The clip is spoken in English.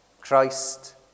Christ